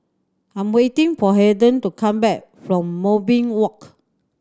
I'm waiting for Haden to come back from Moonbeam Walk